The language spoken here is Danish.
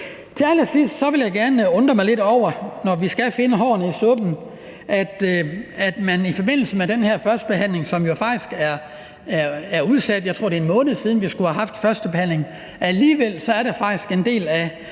Til allersidst vil jeg gerne sige, at jeg undrer mig lidt over noget, når nu vi skal finde hårene i suppen. Den her førstebehandling er jo faktisk blevet udsat; jeg tror, det er en måned siden, vi skulle have haft førstebehandlingen. Alligevel er der faktisk en del af